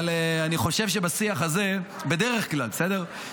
אבל אני חושב שבשיח הזה, בדרך כלל, בסדר?